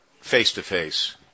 face-to-face